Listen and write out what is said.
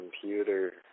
computer